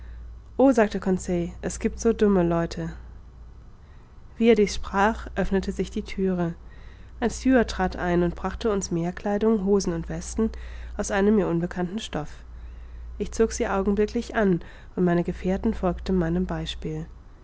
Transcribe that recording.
o sagte conseil es giebt so dumme leute wie er dies sprach öffnete sich die thüre ein steward tratt ein und brachte uns meerkleidung hosen und weste aus einem mir unbekannten stoff ich zog sie augenblicklich an und meine gefährten folgten meinem beispiel